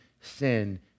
sin